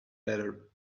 letter